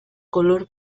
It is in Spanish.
color